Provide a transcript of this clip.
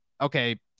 okay